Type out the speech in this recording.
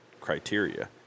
criteria